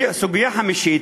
סוגיה חמישית,